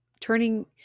turning